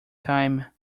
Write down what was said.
time